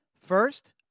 First